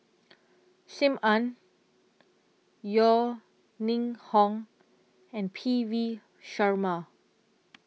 SIM Ann Yeo Ning Hong and P V Sharma